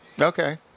Okay